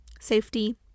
safety